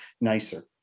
nicer